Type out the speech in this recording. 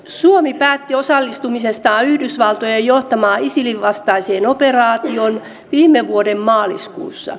suomi päätti osallistumisestaan yhdysvaltojen johtamaan isilin vastaiseen operaatioon viime vuoden maaliskuussa